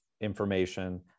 information